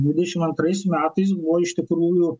dvidešim antrais metais buvo iš tikrųjų